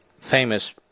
famous